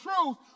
truth